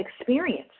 experience